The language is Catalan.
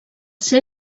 ser